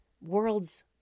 worlds